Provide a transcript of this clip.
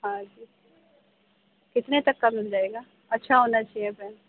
ہاں جی کتنے تک کا مل جائے گا اچھا ہونا چاہیے پین